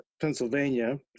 Pennsylvania